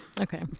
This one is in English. okay